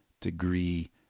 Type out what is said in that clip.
degree